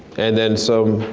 and then some,